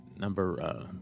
Number